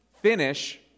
finish